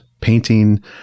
painting